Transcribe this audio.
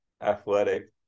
athletic